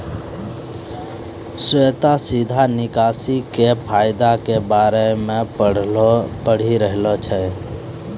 श्वेता सीधा निकासी के फायदा के बारे मे पढ़ि रहलो छै